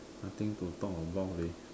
nothing to talk about leh